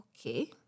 okay